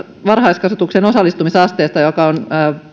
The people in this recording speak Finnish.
varhaiskasvatuksen osallistumisasteesta joka on